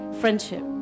friendship